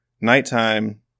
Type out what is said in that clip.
nighttime